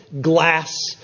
glass